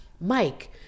Mike